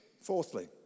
Fourthly